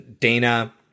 Dana